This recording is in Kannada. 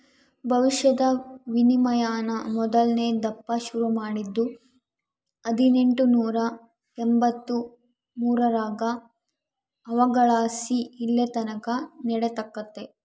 ಭವಿಷ್ಯದ ವಿನಿಮಯಾನ ಮೊದಲ್ನೇ ದಪ್ಪ ಶುರು ಮಾಡಿದ್ದು ಹದಿನೆಂಟುನೂರ ಎಂಬಂತ್ತು ಮೂರರಾಗ ಅವಾಗಲಾಸಿ ಇಲ್ಲೆತಕನ ನಡೆಕತ್ತೆತೆ